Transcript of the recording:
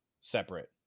separate